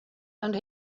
and